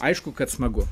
aišku kad smagu